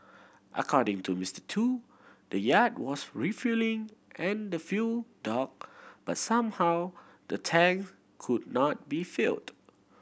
according to Mister Tu the yacht was refuelling at the fuel dock but somehow the tank could not be filled